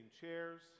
chairs